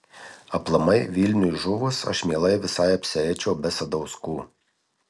aplamai vilniui žuvus aš mielai visai apsieičiau be sadauskų